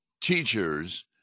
teachers